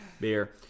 beer